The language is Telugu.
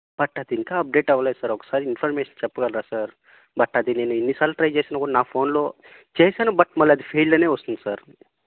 బట్ అది ఇంకా అప్డేట్ అవ్వలేదు సార్ ఒకసారి ఇన్ఫర్మేషన్ చెప్పగలరా సార్ బట్ అది నేను ఎన్నిసార్లు ట్రై చేసిన కూడా నా ఫోన్లో చేసాను బట్ మళ్ళీ అది ఫెయిల్డ్ అనే వస్తుంది సార్